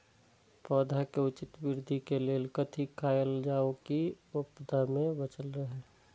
पौधा के उचित वृद्धि के लेल कथि कायल जाओ की आपदा में बचल रहे?